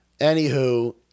Anywho